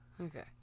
Okay